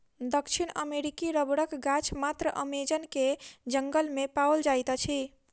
दक्षिण अमेरिकी रबड़क गाछ मात्र अमेज़न के जंगल में पाओल जाइत अछि